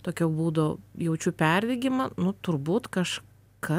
tokio būdo jaučiu perdegimą nu turbūt kažkas